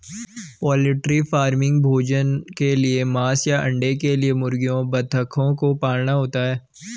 poultry farming भोजन के लिए मांस या अंडे के लिए मुर्गियों बतखों को पालना होता है